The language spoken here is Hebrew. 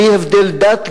בלי הבדל דת,